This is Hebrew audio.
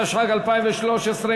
התשע"ג,2013,